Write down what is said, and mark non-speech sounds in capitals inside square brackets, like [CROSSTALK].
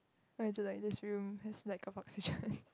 why is like this room has lack of oxygen [LAUGHS]